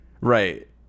right